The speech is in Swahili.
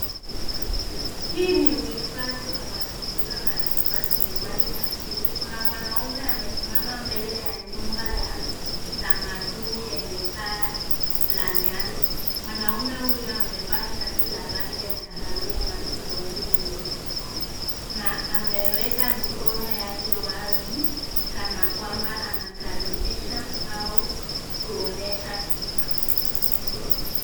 Hii ni hifadhi ya mazingira na rasilimali asili. Kuna mwanamume amesimama mbele ya nyumba ya kitamaduni yenye paa la nyasi. Mwanamume huyu amevaa shati ra rangi ya kahawia na suruali nyeupe, na ameweka mikono yake wazi kanakwamba anakaribisha au kuonesha kitu.